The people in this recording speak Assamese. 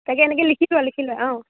তাকে এনেকে লিখি লোৱা লিখি লোৱা অঁ